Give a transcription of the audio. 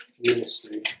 ministry